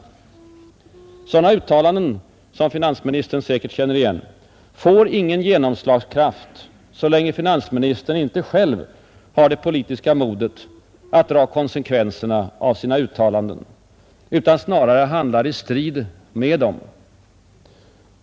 Sådana uttalanden, som finansministern säkert känner igen, får ingen genomslagskraft så länge finansministern inte själv har det politiska modet att dra konsekvenserna av sina uttalanden utan snarare handlar i strid med dem.